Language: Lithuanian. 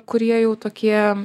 kurie jau tokie